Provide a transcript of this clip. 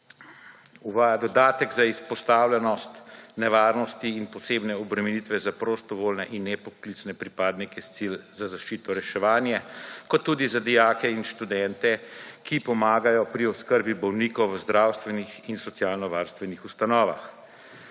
uvaja dodatek za izpostavljenost nevarnosti in posebne obremenitve za prostovoljne in nepoklicne pripadnike sil za zaščito, reševanje kot tudi za dijake in študente, ki pomagajo pri oskrbi bolnikov v zdravstvenih in socialno-varstvenih ustanovah.